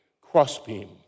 crossbeam